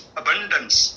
abundance